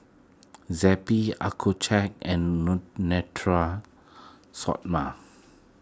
Zappy Accucheck and Natura Stoma